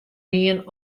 dien